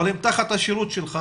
אבל הם תחת השירות שלך.